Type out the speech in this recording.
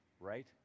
right